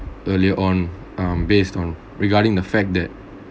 earlier on um based on regarding the fact that